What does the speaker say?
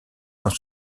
dans